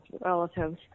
relatives